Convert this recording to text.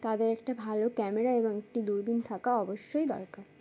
তাদের একটা ভালো ক্যামেরা এবং একটি দূরবীন থাকা অবশ্যই দরকার